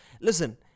Listen